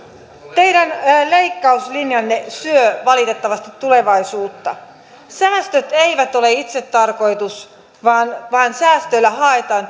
teidän leikkauslinjanne syö valitettavasti tulevaisuutta säästöt eivät ole itsetarkoitus vaan vaan säästöillä haetaan